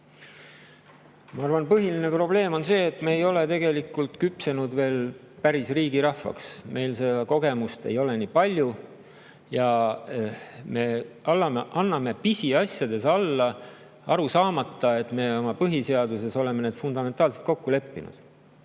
Ma arvan, et põhiline probleem on see, et me ei ole tegelikult küpsenud veel päris riigirahvaks, meil seda kogemust ei ole nii palju ja me anname pisiasjades alla, aru saamata, et me oma põhiseaduses oleme need fundamentaalselt kokku leppinud.